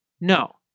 No